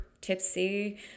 tipsy